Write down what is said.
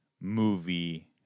movie